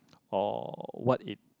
or what it